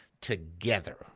together